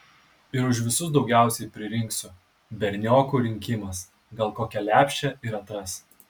ir už visus daugiausiai pririnksiu berniokų rinkimas gal kokią lepšę ir atras